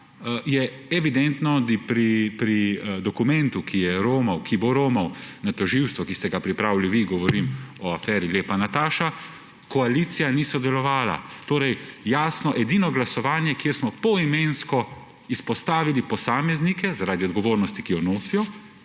glasovanja pri dokumentu, ki bo romal na tožilstvo, ki ste ga pripravili vi – govorim o aferi Lepa Nataša – je evidentno, da koalicija ni sodelovala. Torej, edino glasovanje, kjer smo poimensko izpostavili posameznike zaradi odgovornosti, ki jo nosijo,